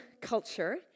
Culture